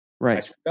Right